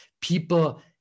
people